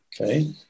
Okay